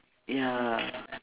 ya